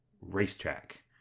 racetrack